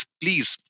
please